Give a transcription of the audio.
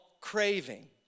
craving